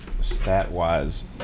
stat-wise